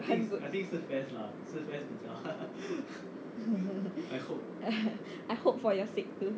I hope for your sake too